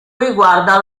riguarda